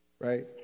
right